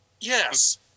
yes